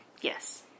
Yes